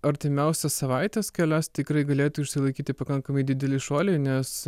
artimiausias savaites kelias tikrai galėtų išsilaikyti pakankamai didelį šuolį nes